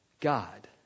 God